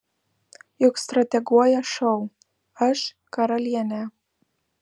juk strateguoja šou aš karalienė